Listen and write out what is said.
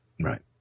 Right